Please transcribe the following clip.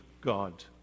God